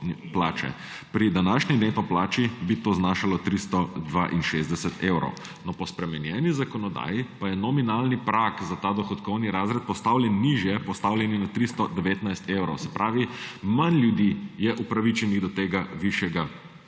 plače. Pri današnji neto plači bi to znašalo 362 evrov, no, po spremenjeni zakonodaji pa je nominalni prag za ta dohodkovni razred postavljen nižje, postavljen je na 319 evrov. Se pravi, manj ljudi je upravičenih do tega višjega